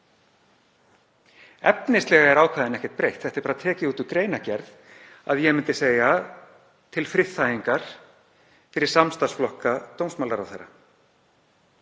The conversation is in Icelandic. Efnislega er ákvæðinu ekkert breytt. Þetta er bara tekið út úr greinargerð, ég myndi segja til friðþægingar fyrir samstarfsflokka dómsmálaráðherra.